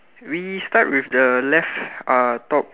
we start we the left uh top